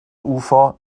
ufer